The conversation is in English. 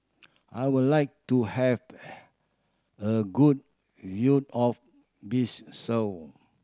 I would like to have a good view of Bissau